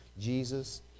Jesus